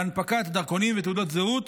להנפקת דרכונים ותעודות זהות